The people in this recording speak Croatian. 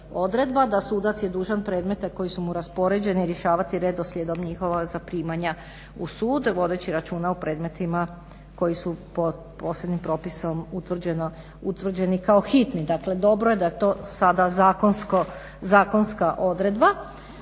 je sudac dužan predmete koji su mu raspoređeni rješavati redoslijedom njihova zaprimanja u sud vodeći računa o predmetima koji su posebnim propisom utvrđeni kao hitni. Dakle dobro je da je to sada zakonska odredba.